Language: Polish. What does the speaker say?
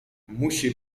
musi